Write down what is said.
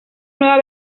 nueva